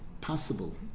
possible